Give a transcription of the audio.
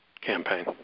campaign